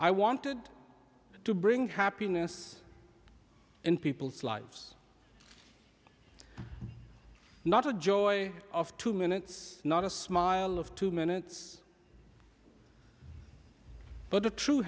i wanted to bring happiness in people's lives not of joy of two minutes not a smile of two minutes but the tru